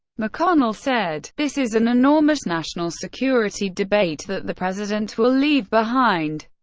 mcconnell said this is an enormous national security debate that the president will leave behind,